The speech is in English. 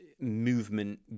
movement